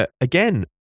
Again